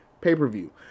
pay-per-view